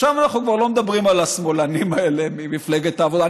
עכשיו אנחנו כבר לא מדברים על השמאלנים האלה ממפלגת העבודה,